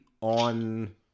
on